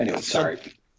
sorry